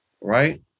right